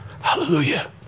hallelujah